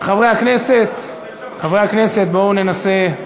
חברי הכנסת, חברי הכנסת, בואו ננסה,